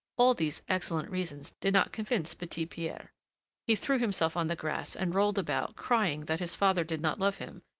all these excellent reasons did not convince petit-pierre he threw himself on the grass and rolled about, crying that his father did not love him,